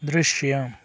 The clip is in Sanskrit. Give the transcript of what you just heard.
दृश्यम्